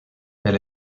elle